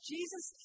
Jesus